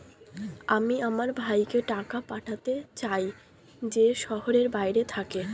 আমি আমার ভাইকে টাকা পাঠাতে চাই যে শহরের বাইরে থাকে